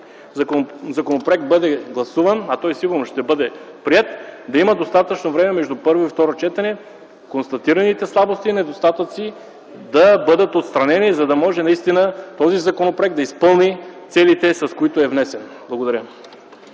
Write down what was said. законопроект бъде гласуван, а той сигурно ще бъде приет, да има достатъчно време между първо и второ четене констатираните слабости и недостатъци да бъдат отстранени, за да може наистина законопроектът да изпълни целите, с които е внесен. Благодаря.